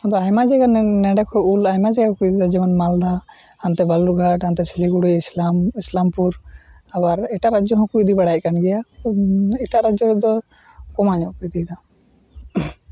ᱟᱫᱚ ᱟᱭᱢᱟ ᱡᱟᱭᱜᱟ ᱨᱮᱱᱟᱝ ᱱᱮᱰᱮ ᱠᱷᱚᱱ ᱩᱞ ᱟᱭᱢᱟ ᱡᱟᱭᱜᱟᱠᱚ ᱤᱫᱤᱭᱟ ᱡᱮᱢᱚᱱ ᱢᱟᱞᱫᱟ ᱦᱟᱱᱛᱮ ᱵᱟᱞᱩᱨᱜᱷᱟᱴ ᱦᱟᱱᱛᱮ ᱥᱤᱞᱤᱜᱩᱲᱤ ᱤᱥᱞᱟᱢ ᱤᱥᱞᱟᱢᱯᱩᱨ ᱟᱵᱟᱨ ᱮᱴᱟᱜ ᱨᱟᱡᱽᱡᱚᱦᱚᱸᱠᱚ ᱤᱫᱤ ᱵᱟᱲᱟᱭᱮᱫ ᱠᱟᱱ ᱜᱮᱭᱟ ᱮᱴᱟᱜ ᱨᱟᱡᱽᱡᱚ ᱫᱚ ᱠᱚᱢᱟᱧᱚᱜ ᱠᱚ ᱤᱫᱤᱭᱮᱫᱟ